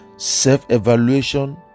self-evaluation